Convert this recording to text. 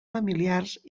familiars